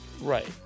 Right